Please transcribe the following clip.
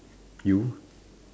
you